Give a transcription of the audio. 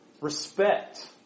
respect